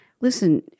Listen